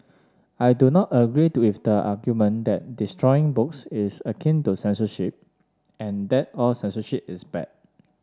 I do not agree with the argument that destroying books is akin to censorship and that all censorship is bad